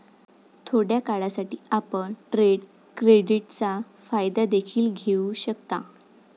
थोड्या काळासाठी, आपण ट्रेड क्रेडिटचा फायदा देखील घेऊ शकता